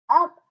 up